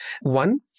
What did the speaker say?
one